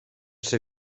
ser